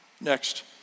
Next